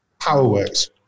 PowerWorks